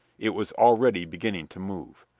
it was already beginning to move.